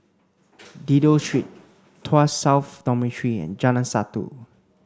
Dido Street Tuas South Dormitory and Jalan Satu